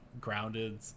Grounded